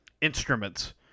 instruments